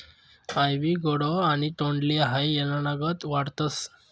आइवी gourd आणि तोंडली हाई येलनागत वाढतस